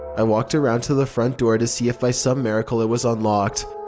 i walked around to the front door to see if by some miracle it was unlocked,